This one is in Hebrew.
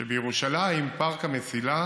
שבירושלים פארק המסילה